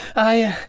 i,